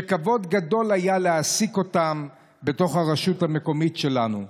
שכבוד גדול היה להעסיק אותם בתוך הרשות המקומית שלנו.